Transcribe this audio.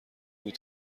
بود